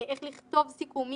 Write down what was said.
איך לכתוב סיכומים,